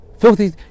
filthy